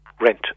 rent